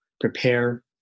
prepare